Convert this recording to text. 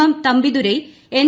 M Thambidurai N